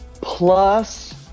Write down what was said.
plus